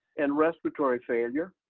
and respiratory failure.